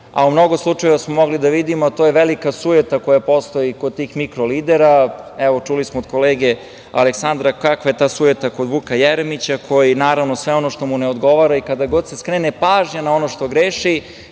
a u mnogo slučajeva smo mogli da vidimo, to je velika sujeta koja postoji kod tih mikro-lidera, evo, čuli smo od kolege Aleksandra kakva je ta sujeta kod Vuka Jeremića koji, naravno, sve ono što mu ne odgovara i kada god se skrene pažnja na ono što greši,